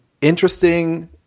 interesting